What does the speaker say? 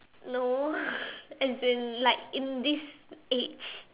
no as in like in this age